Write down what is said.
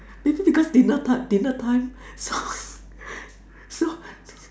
later the girls dinner time dinner time so she so